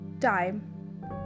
time